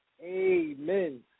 Amen